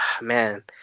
Man